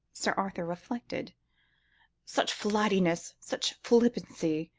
sir arthur reflected such flightiness, such flippancy,